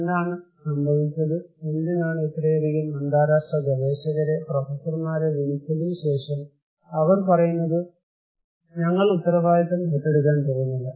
എന്താണ് സംഭവിച്ചത് എന്തിനാണ് ഇത്രയധികം അന്താരാഷ്ട്ര ഗവേഷകരെ പ്രൊഫസർമാരെ വിളിച്ചതിന് ശേഷം അവർ പറയുന്നത് ഞങ്ങൾ ഉത്തരവാദിത്തം ഏറ്റെടുക്കാൻ പോകുന്നില്ല